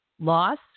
loss